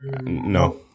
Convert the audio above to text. No